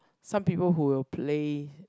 some people who will play